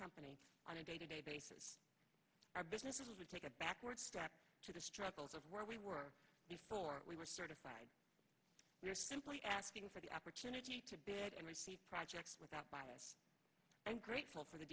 company on a day to day basis our business would take a backward step to the struggles of where we were before we were certified we are simply asking for the opportunity to receive projects without bias and grateful for the